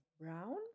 brown